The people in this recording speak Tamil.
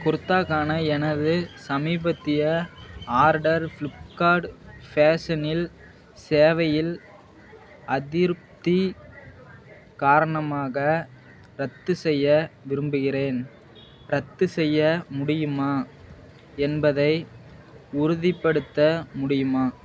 குர்தாக்கான எனது சமீபத்திய ஆர்டர் ஃப்ளிப்கார்ட் ஃபேஷனில் சேவையில் அதிருப்தி காரணமாக ரத்து செய்ய விரும்புகிறேன் ரத்து செய்ய முடியுமா என்பதை உறுதிப்படுத்த முடியுமா